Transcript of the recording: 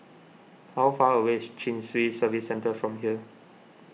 how far away is Chin Swee Service Centre from here